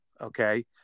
Okay